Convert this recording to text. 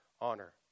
honor